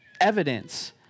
evidence